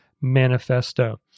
Manifesto